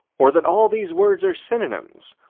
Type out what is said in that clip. or that all these words are synonyms,